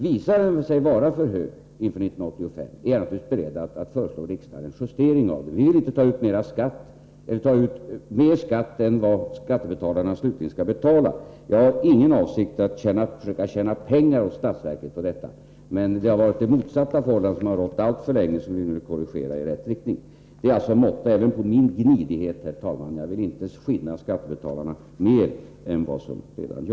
Visar den sig vara för hög inför 1985, är jag naturligtvis beredd att föreslå riksdagen en justering av den. Vi vill inte ta ut mer skatt än vad skattebetalarna slutligen skall betala — jag har ingen avsikt att försöka tjäna pengar åt statsverket på detta — men det motsatta förhållandet har rått alltför länge, och det är detta vi nu vill korrigera i rätt riktning. Det är alltså måtta även på min gnidighet, herr talman. Jag vill inte skinna skattebetalarna mer än vad som är nödvändigt.